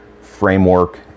framework